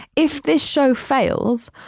if this show fails,